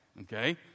okay